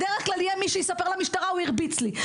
בדרך כלל יהיה מי מהם שיגיע ויספר במשטרה - ״הוא הרביץ לי״,